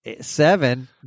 seven